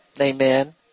Amen